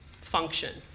function